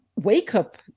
wake-up